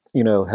you know,